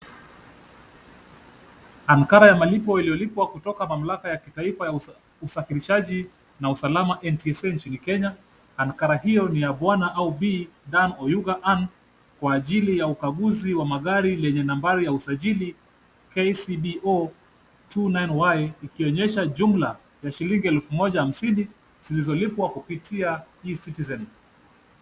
Ankara ya malipo iliyolipwa kutoka mamlaka ya kitaifa ya usafirishaji na usalama NTSA nchini Kenya. Ankara hiyo ni ya bwana au bi Dan Oyuga Anne kwa ajili ya ukaguzi wa magari yenye nambari ya usajili KCB 029Y, ikionyesha jumla ya shilingi elfu moja hamsini zilizolipwa kupitia e-Citizen.